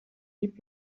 keep